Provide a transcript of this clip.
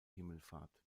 himmelfahrt